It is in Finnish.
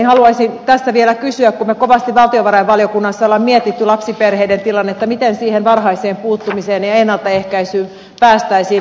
haluaisin tässä vielä kysyä kun me kovasti valtiovarainvaliokunnassa olemme miettineet lapsiperheiden tilannetta miten siihen varhaiseen puuttumiseen ja ennaltaehkäisyyn päästäisiin